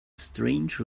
strange